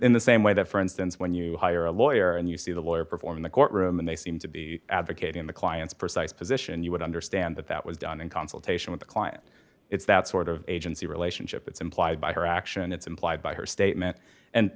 in the same way that for instance when you hire a lawyer and you see the lawyer perform in the courtroom and they seem to be advocating the client's precise position you would understand that that was done in consultation with the client it's that sort of agency relationship it's implied by her action and it's implied by her statement and